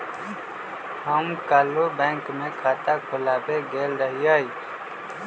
हम काल्हु बैंक में खता खोलबाबे गेल रहियइ